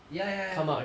ya ya